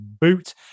boot